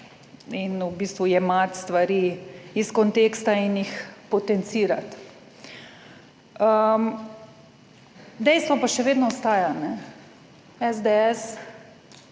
jemati stvari iz konteksta in jih potencirati. Dejstvo pa še vedno ostaja, SDS